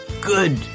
good